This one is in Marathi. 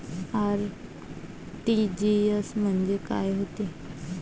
आर.टी.जी.एस म्हंजे काय होते?